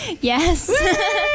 Yes